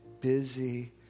busy